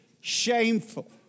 shameful